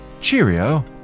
Cheerio